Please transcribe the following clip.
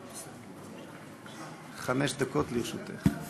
חמש דקות לרשותך.